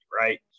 right